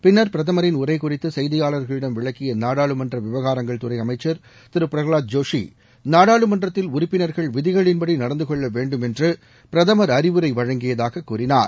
பின்னர் செய்தியாளர்களிடம் விளக்கிய நாடாளுமன்ற விவகாரங்கள்துறை அமைச்சர் திரு பிரலகாத் ஜோஷி நாடாளுமன்றத்தில் உறுப்பினர்கள் விதிகளின்படி நடந்தகொள்ள வேண்டும் என்று பிரதமர் அறிவுரை வழங்கியதாக கூறினார்